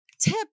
Tip